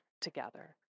together